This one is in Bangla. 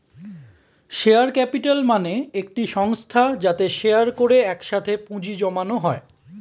শেয়ার ক্যাপিটাল মানে একটি সংস্থা যাতে শেয়ার করে একসাথে পুঁজি জমানো হয়